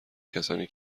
کسانی